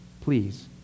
Please